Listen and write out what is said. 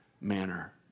manner